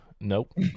Nope